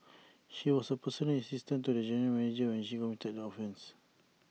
she was A personal assistant to the general manager when she committed the offences